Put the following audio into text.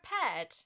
prepared